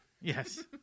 Yes